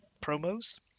promos